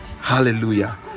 Hallelujah